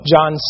John